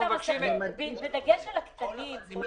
בדגש על הקטנים.